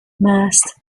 مست